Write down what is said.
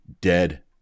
dead